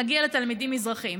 נגיע לתלמידים מזרחים.